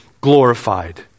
glorified